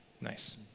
Nice